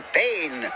pain